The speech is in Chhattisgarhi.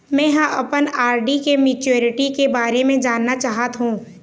में ह अपन आर.डी के मैच्युरिटी के बारे में जानना चाहथों